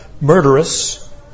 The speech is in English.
Murderous